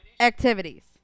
Activities